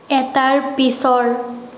এটাৰ পিছৰ